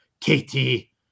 Katie